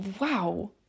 wow